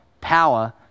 power